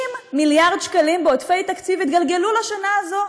30 מיליארד שקלים בעודפי תקציב התגלגלו לשנה הזאת.